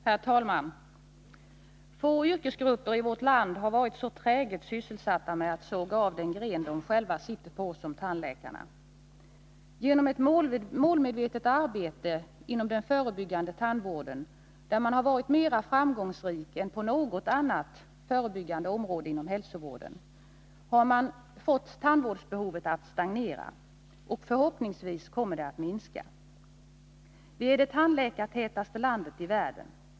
Herr talman! Få yrkesgrupper i vårt land har varit så träget sysselsatta med att såga av den gren de själva sitter på som tandläkarna. Genom ett målmedvetet arbete inom den förebyggande tandvården, där man har varit mera framgångsrik än inom något annat förebyggande område inom hälsovården, har man lyckats få tandvårdsbehovet att stagnera, och förhoppningsvis kommer det att minska. Sverige är det tandläkartätaste landet i världen.